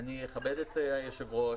אני אכבד את היושב-ראש.